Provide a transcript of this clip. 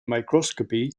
microscopy